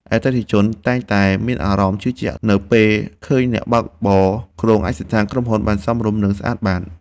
អតិថិជនតែងតែមានអារម្មណ៍ជឿជាក់នៅពេលឃើញអ្នកបើកបរគ្រងឯកសណ្ឋានក្រុមហ៊ុនបានសមរម្យ និងស្អាតបាត។